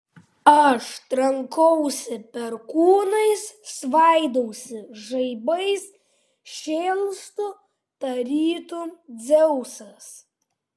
aš trankausi perkūnais svaidausi žaibais šėlstu tarytum dzeusas